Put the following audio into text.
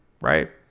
Right